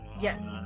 yes